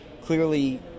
clearly